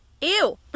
Ew